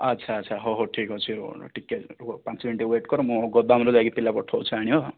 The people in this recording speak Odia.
ଆଚ୍ଛା ଆଚ୍ଛା ହଉ ହଉ ଠିକ୍ ଅଛି ରୁହନ୍ତୁ ଟିକେ ରୁହ ପାଞ୍ଚ ମିନିଟ ୱେଟ୍ କର ମୁଁ ଗୋଦାମରୁ ଯାଇକି ପିଲା ପଠଉଛି ଆଣିବ